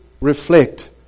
reflect